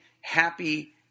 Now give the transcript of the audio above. happy